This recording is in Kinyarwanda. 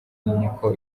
niko